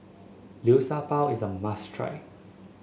Liu Sha Bao is a must try